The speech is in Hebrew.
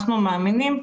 אנחנו מאמינים,